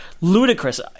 Ludicrous